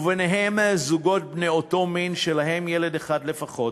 ובהם זוגות בני אותו מין שלהם ילד אחד לפחות,